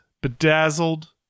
bedazzled